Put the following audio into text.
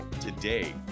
Today